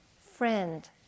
Friend